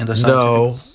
No